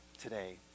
today